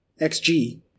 XG